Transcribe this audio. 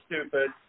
stupid